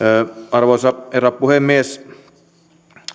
arvoisa herra puhemies